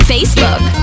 Facebook